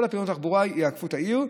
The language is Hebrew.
כל כלי התחבורה יעקפו את העיר.